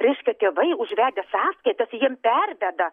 reiškia tėvai užvedę sąskaitas jiem perveda